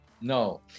no